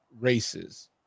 races